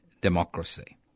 democracy